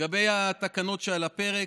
לגבי התקנות שעל הפרק,